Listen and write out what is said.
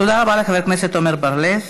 תודה רבה לחבר הכנסת עמר בר-לב.